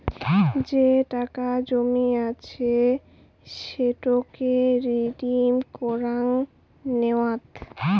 যে টাকা জমা আছে সেটোকে রিডিম কুরাং নেওয়াত